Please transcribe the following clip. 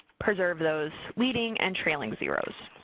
preserve those leading and trailing zeros.